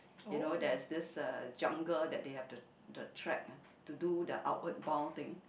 you know there's this uh jungle that they have the the track ah to do the outward bound thing